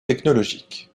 technologiques